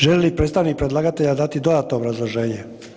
Želi li predstavnik predlagatelja dati dodatno obrazloženje?